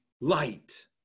light